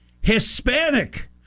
Hispanic